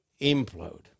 implode